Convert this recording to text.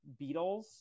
Beatles